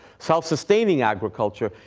self-sustaining agriculture,